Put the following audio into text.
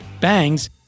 Bangs